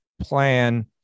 plan